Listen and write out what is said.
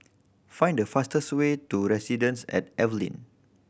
find the fastest way to Residences at Evelyn